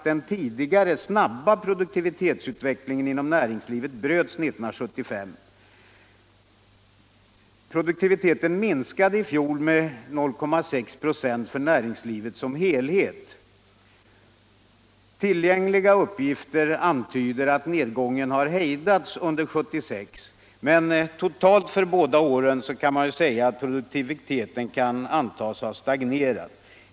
Den tidigare snabba produktivitetsutvecklingen inom näringslivet bröts 1975. Produktiviteten minskade i fjol med 0,6 96 för näringslivet som helhet. Tillgängliga uppgifter antyder att nedgången har hejdats under 1976. Men totalt för båda åren kan produktiviteten antas ha stagnerat.